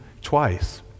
twice